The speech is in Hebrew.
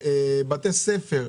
בתי ספר,